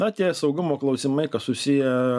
na tie saugumo klausimai kas susiję